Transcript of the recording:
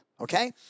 Okay